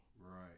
right